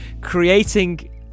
creating